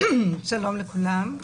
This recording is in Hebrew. שלום לכולם.